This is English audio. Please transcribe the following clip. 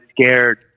scared